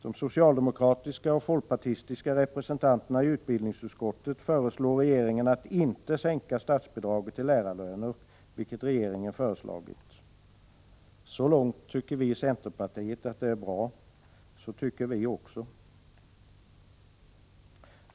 De socialdemokratiska och folkpartistiska representanterna i utbildningsutskottet föreslår regeringen att inte sänka statsbidraget till lärarlöner, vilket regeringen har lagt fram förslag om. Så långt tycker vi i centerpartiet att det är bra.